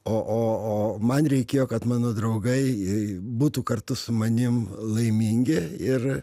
o o o man reikėjo kad mano draugai būtų kartu su manim laimingi ir